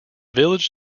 village